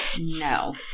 No